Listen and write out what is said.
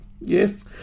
Yes